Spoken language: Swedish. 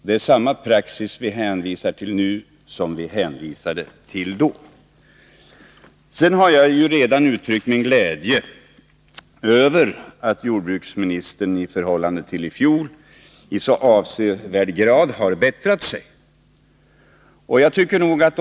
Vi hänvisar alltså nu till samma praxis som vi hänvisade till då. Jag har vidare redan uttryckt min glädje över att jordbruksministern i så avsevärd grad har bättrat sig i förhållande till i fjol.